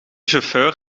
chauffeur